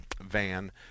van